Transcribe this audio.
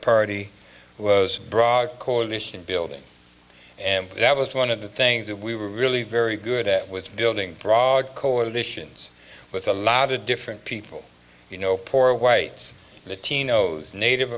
party was bra coalition building and that was one of the things that we were really very good at was building brod coalitions with a lot of different people you know poor whites the tino's native